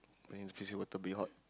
rain fizzy water be hot